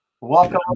Welcome